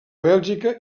bèlgica